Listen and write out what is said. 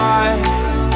eyes